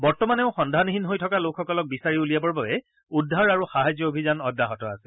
বৰ্তমানেও সন্ধানহীন হৈ থকা লোকসকলক বিচাৰি উলিয়াবৰ বাবে উদ্ধাৰ আৰু সাহায্য অভিযান অব্যাহত আছে